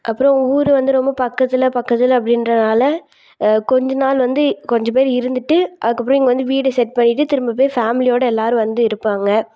அப்புறம் ஊர் வந்து ரொம்ப பக்கத்தில் பக்கத்தில் அப்படின்றதுனால கொஞ்ச நாள் வந்து கொஞ்சம் பேர் இருந்துவிட்டு அதுக்கப்புறம் இங்கே வந்து வீடு செட் பண்ணிவிட்டு திரும்பப்போய் ஃபேமிலியோடு எல்லாேரும் வந்து இருப்பாங்க